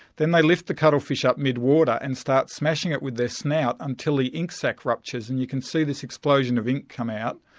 then they lift the cuttlefish up midwater and start smashing it with their snout until the ink sac ruptures, and you can see this explosion of ink come out.